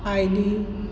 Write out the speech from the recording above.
ID